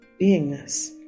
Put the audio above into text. beingness